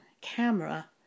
camera